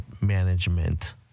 management